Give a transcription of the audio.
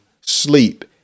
sleep